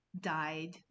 died